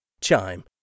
Chime